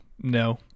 no